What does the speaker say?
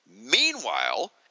Meanwhile